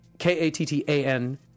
K-A-T-T-A-N